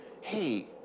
Hey